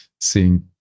seeing